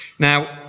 Now